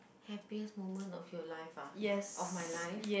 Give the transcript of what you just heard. happiest moment of your life ah of my life